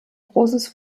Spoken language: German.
großes